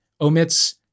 omits